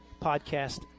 Podcast